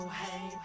hey